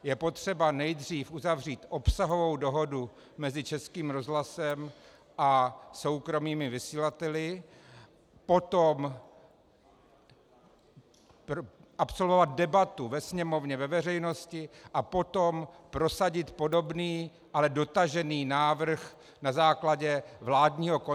Je potřeba nejdřív uzavřít obsahovou dohodu mezi Českým rozhlasem a soukromými vysílateli, absolvovat debatu ve Sněmovně, ve veřejnosti a potom prosadit podobný, ale dotažený návrh na základě vládního konsenzu.